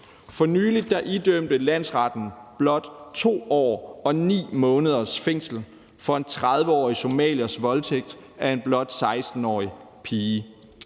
For nyligidømte landsretten blot 2 år og 9 måneders fængsel for en 30-årig somaliers voldtægt af en blot 16-årig pige.